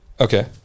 okay